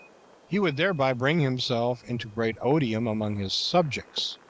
he would thereby bring himself into great odium among his subjects,